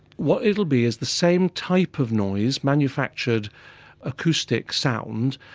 what it'll be is the same type of noise, manufactured acoustic sound,